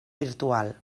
virtual